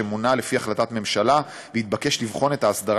שמונה לפי החלטת ממשלה והתבקש לבחון את ההסדרה